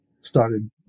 started